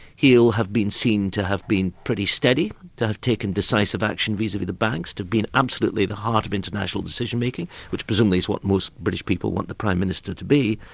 he'll have been seen to have been pretty steady, to have taken decisive action vis-a-vis the banks, to have been absolutely the heart of international decision-making which presumably is what most british people want the prime minister to be,